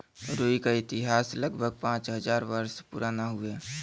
रुई क इतिहास लगभग पाँच हज़ार वर्ष पुराना हउवे